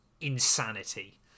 insanity